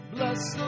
Bless